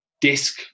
disc